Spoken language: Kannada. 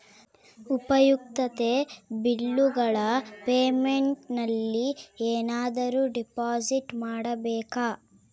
ಉಪಯುಕ್ತತೆ ಬಿಲ್ಲುಗಳ ಪೇಮೆಂಟ್ ನಲ್ಲಿ ಏನಾದರೂ ಡಿಪಾಸಿಟ್ ಮಾಡಬೇಕಾ?